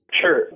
Sure